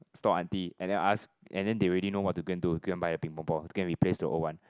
store aunty and then ask and then they already know what to go and do go and buy a Ping Pong ball to go and replace the old one